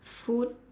food